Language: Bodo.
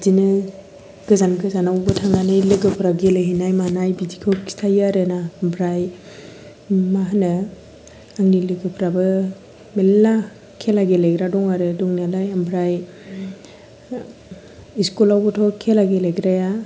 बिदिनो गोजान गोजानावबो थांनानै लोगोफ्रा गेलेहैनाय मानाय बिदिखौ खिथायो आरो ना ओमफ्राय मा होनो आंनि लोगोफ्राबो मेरला खेला गेलेग्रा दं आरो दंनायालाय ओमफ्राय इसकलावबोथ' खेला गेलेग्राया